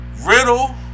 Riddle